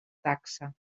taxa